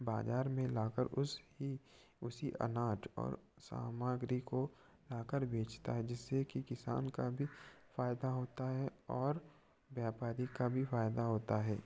बाज़ार में ला कर उस ही उसी अनाज और सामाग्री को ला कर बेचता है जिससे कि किसान का भी फ़ायदा होता है और व्यापारी का भी फ़ायदा होता है